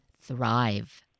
thrive